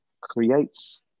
creates